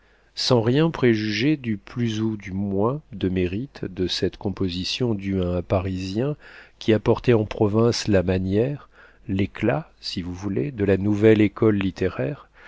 sans rien préjuger du plus ou du moins de mérite de cette composition due à un parisien qui apportait en province la manière l'éclat si vous voulez de la nouvelle école littéraire